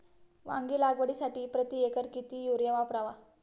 वांगी लागवडीसाठी प्रति एकर किती युरिया वापरावा?